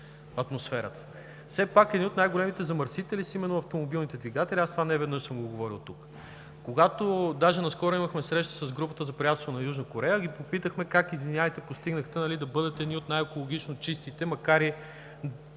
аз това не веднъж съм го говорил тук. Наскоро имахме среща с група за приятелство на Южна Корея ги попитахме: как извинявайте, постигнахте да бъдете едни от най-екологично чистите, макар и